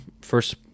first